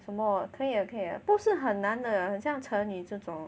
什么可以的可以不是很难的很像成语这种